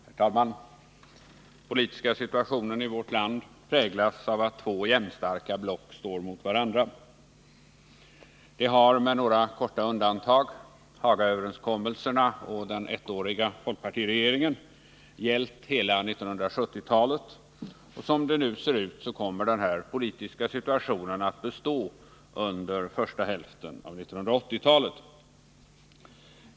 Herr talman! Den politiska situationen i vårt land präglas av att två jämnstarka block står mot varandra. Det har med korta undantagsperioder — Hagaöverenskommelserna och den ettåriga folkpartiregeringen — gällt hela 1970-talet, och som det nu ser ut kommer denna politiska situation att bestå under första hälften av 1980-talet.